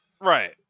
right